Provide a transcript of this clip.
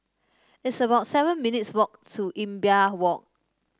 it's about seven minutes' walk to Imbiah Walk